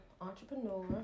entrepreneur